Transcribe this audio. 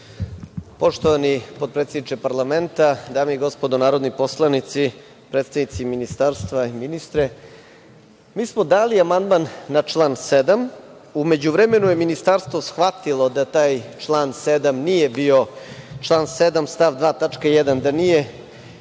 Poštovani potpredsedniče parlamenta, dame i gospodo narodni poslanici, predstavnici Ministarstva i ministre, mi smo dali amandman na član 7, u međuvremenu je Ministarstvo shvatilo da taj član 7. nije bio član 7. stav 2. tačka 1, da nije